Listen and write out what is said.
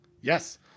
Yes